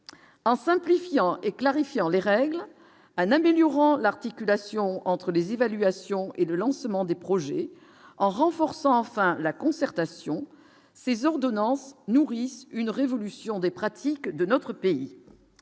en simplifiant et clarifiant les règles un améliorant l'articulation entre les évaluations et le lancement des projets en renforçant enfin la concertation ces ordonnances nourrissent une révolution des pratiques de notre pays,